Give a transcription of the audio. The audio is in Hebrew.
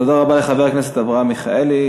תודה רבה לחבר הכנסת אברהם מיכאלי.